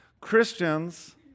Christians